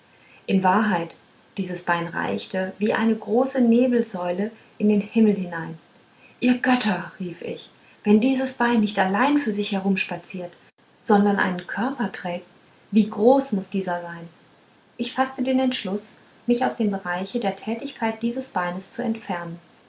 in wahrheit dieses bein reichte wie eine große nebelsäule in den himmel hinein ihr götter rief ich wenn dieses bein nicht allein für sich herumspaziert sondern einen körper trägt wie groß muß dieser sein ich faßte den entschluß mich aus dem bereiche der tätigkeit dieses beines zu entfernen